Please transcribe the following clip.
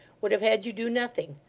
would have had you do nothing.